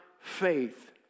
faith